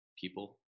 people